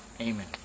Amen